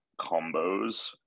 combos